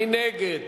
מי נגד?